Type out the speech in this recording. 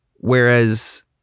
Whereas